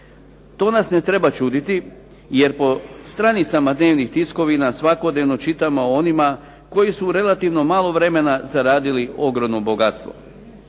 To nas ne treba čuditi jer po stranicama dnevnih tiskovina svakodnevno čitamo o onima koji su u relativno malo vremena zaradili ogromno bogatstvo.